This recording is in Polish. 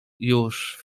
już